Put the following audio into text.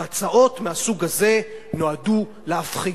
וההצעות מהסוג הזה נועדו להפחיד.